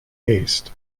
haste